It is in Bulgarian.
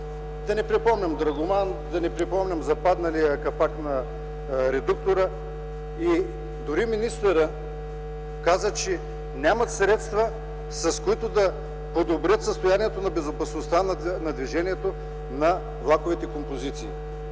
да не припомням Драгоман, да не припомням за падналия капак на редуктора. Дори министърът каза, че нямат средства, с които да подобрят състоянието на безопасността на движението на влаковите композиции.